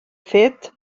fet